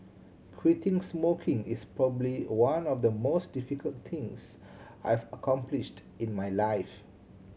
quitting smoking is probably one of the most difficult things I've accomplished in my life